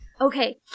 Okay